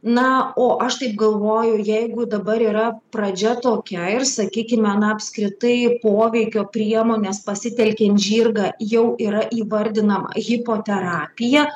na o aš taip galvoju jeigu dabar yra pradžia tokia ir sakykime na apskritai poveikio priemonės pasitelkiant žirgą jau yra įvardinama hipoterapija